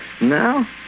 now